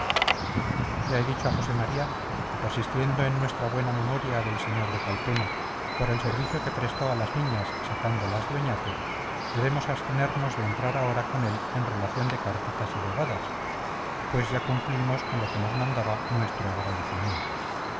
ya he dicho a josé maría que persistiendo en nuestra buena memoria del sr de calpena por el servicio que prestó a las niñas sacándolas de oñate debemos abstenernos de entrar ahora con él en relación de cartitas y bobadas pues ya cumplimos con lo que nos mandaba nuestro agradecimiento